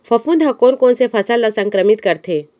फफूंद ह कोन कोन से फसल ल संक्रमित करथे?